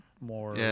more